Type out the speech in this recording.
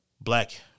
black